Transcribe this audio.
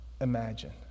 imagine